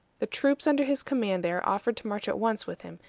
the troops under his command there offered to march at once with him,